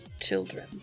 Children